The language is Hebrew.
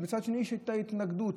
ומצד שני הייתה התנגדות.